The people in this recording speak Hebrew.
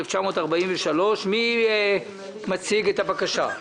1943. מי מציג את הבקשה?